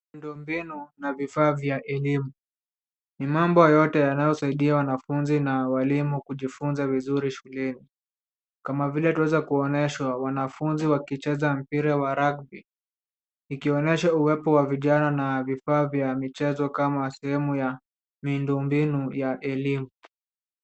Miundombinu na vifaa vya elimu ni mambo yote yanayosaidia wanafunzi na walimu kujifunza vizuri shuleni kama vile twaweza kuonyeshwa wanafunzi wakicheza mpira wa rugby ikionyesha uwepo wa vijana na vifaa vya michezo kama sehemu ya miundombinu ya elimu.